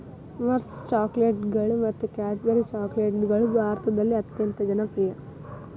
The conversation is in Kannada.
ಮಾರ್ಸ್ ಚಾಕೊಲೇಟ್ಗಳು ಮತ್ತು ಕ್ಯಾಡ್ಬರಿ ಚಾಕೊಲೇಟ್ಗಳು ಭಾರತದಲ್ಲಿ ಅತ್ಯಂತ ಜನಪ್ರಿಯ